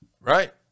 Right